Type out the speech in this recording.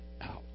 out